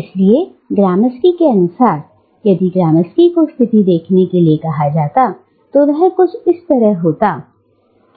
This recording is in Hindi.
इसलिए ग्रामस्की के अनुसार यदि ग्रामस्की को स्थिति देखने के लिए कहा जाता तो वह कुछ इस तरह होता